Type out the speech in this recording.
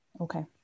Okay